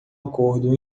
acordo